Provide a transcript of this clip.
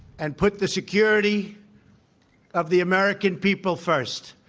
and put the security of the american people first.